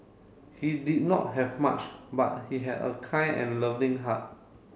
he did not have much but he had a kind and loving heart